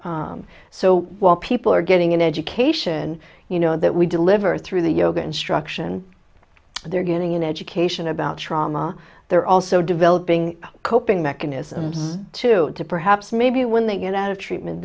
regulate so while people are getting an education you know that we deliver through the yoga instruction they're getting an education about trauma they're also developing coping mechanisms to perhaps maybe when they get out of treatment